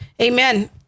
Amen